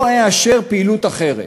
לא אאשר פעילות אחרת.